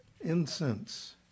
incense